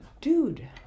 Dude